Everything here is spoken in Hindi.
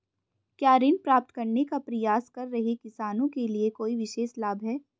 क्या ऋण प्राप्त करने का प्रयास कर रहे किसानों के लिए कोई विशेष लाभ हैं?